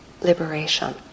liberation